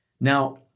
now